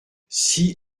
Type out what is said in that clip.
six